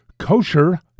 kosher